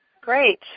Great